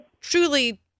truly